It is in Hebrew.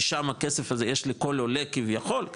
ששם הכסף הזה יש לכל עולה כביכול,